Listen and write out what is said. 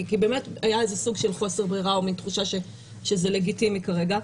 כי באמת היה איזה סוג של חוסר ברירה או מין תחושה שזה לגיטימי כרגע,